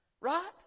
Right